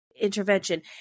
intervention